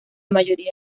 mayoría